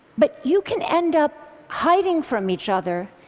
but you can end up hiding from each other,